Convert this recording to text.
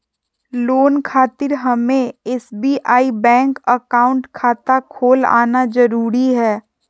Loan खातिर हमें SBI bank account खाता खोल आना जरूरी है?